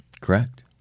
Correct